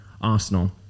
Arsenal